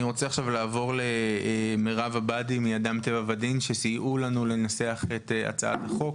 נעבור למרב עבאדי מאדם טבע ודין שסייעו לנו לנסח את הצעת החוק.